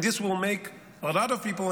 and this will make a lot of people,